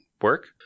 work